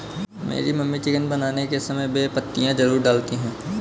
मेरी mummy chicken बनाने के समय बे पत्तियां जरूर डालती हैं